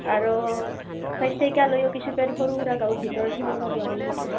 আৰু চাৰিচকীয়া লৈও কিছু সৰুসুৰা গাঁৱৰ ভিতৰত সোমাব নোৱাৰি ক'তো